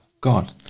God